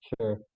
Sure